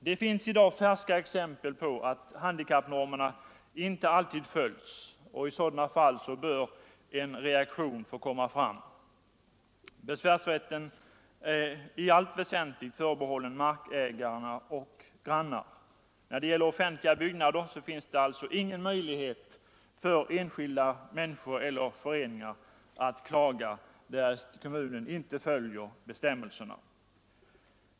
Det finns i dag färska exempel på att handikappnormerna inte alltid följs, och i sådana fall bör en reaktion få komma fram. Besvärsrätten är i allt väsentligt förbehållen markägare och grannar. När det gäller offentliga byggnader finns det alltså ingen möjlighet för enskilda människor eller föreningar att klaga, därest kommunen inte följer bestämmelserna.